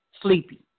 sleepy